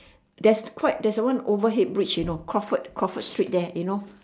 there's quite there's one overhead bridge you know crawford crawford street there you know